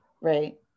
right